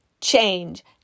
change